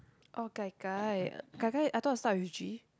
oh gai gai uh gai gai I thought it start with G